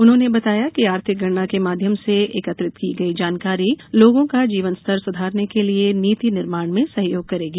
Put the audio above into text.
उन्होंने बताया कि आर्थिक गणना के माध्यम से एकत्रित की गई जानकारी लोगों का जीवन स्तर सुधारने के लिए नीति निर्माण में सहयोग करेगी